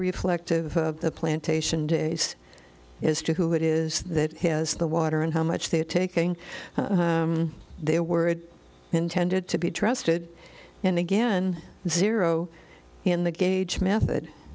reflective of the plantation days as to who it is that has the water and how much they're taking there were intended to be trusted and again zero in the gauge method